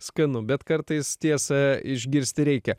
skanu bet kartais tiesą išgirsti reikia